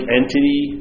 entity